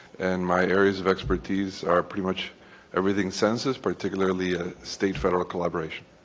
and my areas of expertise are pretty much everything census, particularly ah state-federal collaboration.